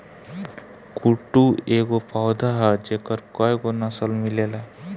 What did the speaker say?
कुटू एगो पौधा ह जेकर कएगो नसल मिलेला